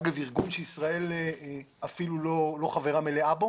אגב, ארגון שישראל אפילו לא חברה מלאה בו